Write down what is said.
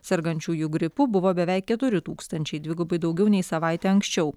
sergančiųjų gripu buvo beveik keturi tūkstančiai dvigubai daugiau nei savaitę anksčiau